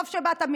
טוב שבאת,